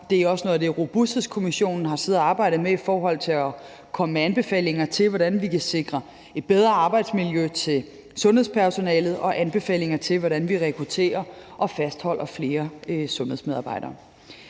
Det er også noget af det, som Robusthedskommissionen har siddet og arbejdet med, i forhold til at komme med anbefalinger til, hvordan vi kan sikre et bedre arbejdsmiljø til sundhedspersonalet, og anbefalinger til, hvordan vi rekrutterer og fastholder flere sundhedsmedarbejdere.